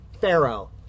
Pharaoh